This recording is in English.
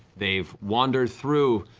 they've wandered through,